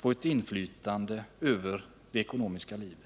få ett inflytande över det ekonomiska livet.